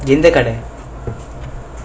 :entha kadaii